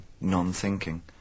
non-thinking